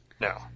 No